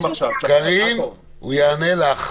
קארין, הוא יענה לך.